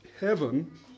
heaven